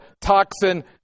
toxin